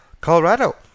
Colorado